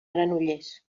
granollers